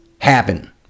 happen